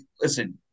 listen